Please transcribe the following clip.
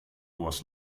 was